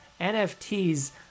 NFTs